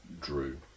Drew